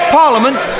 parliament